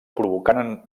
provocaren